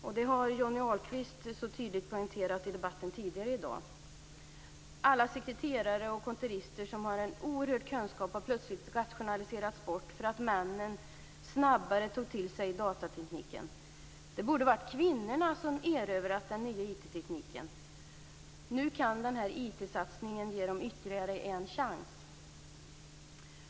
Detta har Johnny Ahlqvist så tydligt poängterat i debatten tidigare i dag. Sekreterare och kontorister med oerhörd kunskap har plötsligt rationaliserats bort för att männen tog till sig datatekniken snabbare. Det borde ha varit kvinnorna som erövrade den nya IT-tekniken. IT-satsningen kan ge dem ytterligare en chans.